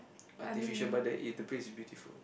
artificial but the eh the place is beautiful